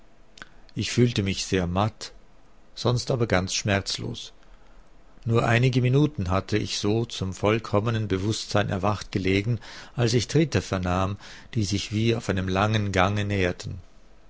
ich fühlte mich sehr matt sonst aber ganz schmerzlos nur einige minuten hatte ich so zum vollkommenen bewußtsein erwacht gelegen als ich tritte vernahm die sich wie auf einem langen gange näherten